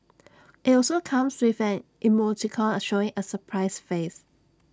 IT also comes with an emoticon showing A surprised face